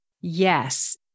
Yes